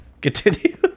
Continue